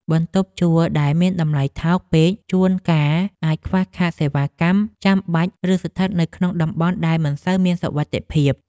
បន្ទប់ជួលដែលមានតម្លៃថោកពេកជួនកាលអាចខ្វះខាតសេវាកម្មចាំបាច់ ឬស្ថិតនៅក្នុងតំបន់ដែលមិនសូវមានសុវត្ថិភាព។